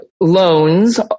loans